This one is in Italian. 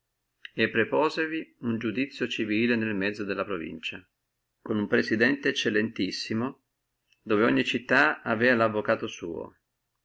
e preposevi uno iudicio civile nel mezzo della provincia con uno presidente eccellentissimo dove ogni città vi aveva lo avvocato suo